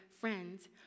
friends